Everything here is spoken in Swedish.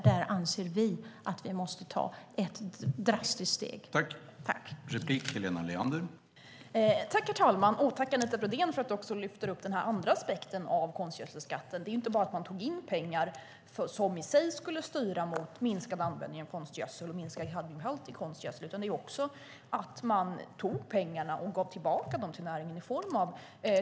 Vi anser att vi måste ta ett drastiskt steg där.